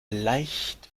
leicht